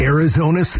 Arizona